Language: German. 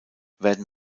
werden